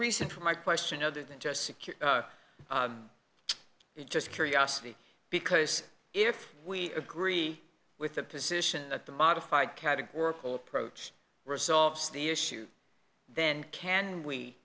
reason for my question other than just secure it just curiosity because if we agree with the position that the modified categorical approach resolves the issue then can we